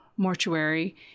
mortuary